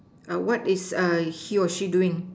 what is he or she doing